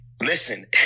Listen